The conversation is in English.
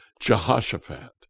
Jehoshaphat